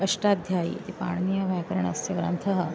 अष्टाध्यायी इति पाणिनीयव्याकरणस्य ग्रन्थः